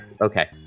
Okay